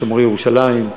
שומרי ירושלים,